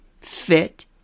fit